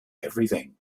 everything